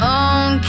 own